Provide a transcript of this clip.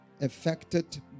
affected